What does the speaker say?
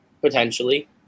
potentially